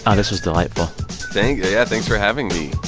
um this was delightful thank you. yeah, thanks for having me